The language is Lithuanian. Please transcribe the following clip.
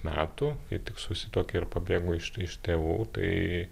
metų kai tik susituokė ir pabėgo iš tėvų tai